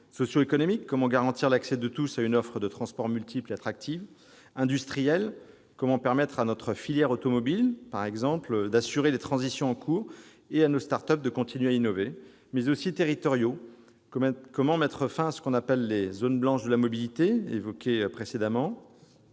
socio-économiques- comment garantir l'accès de tous à une offre de transport multiple et attractive ?-, industriels- comment permettre à notre filière automobile d'assurer les transitions en cours et à nos start-up de continuer à innover ?-, mais aussi territoriaux- comment mettre fin à ce qu'on appelle les « zones blanches de la mobilité », qui finalement